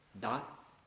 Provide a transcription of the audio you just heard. dot